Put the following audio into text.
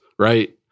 Right